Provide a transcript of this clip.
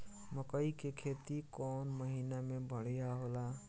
मकई के खेती कौन महीना में बढ़िया होला?